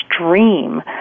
dream